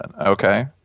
Okay